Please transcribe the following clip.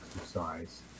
exercise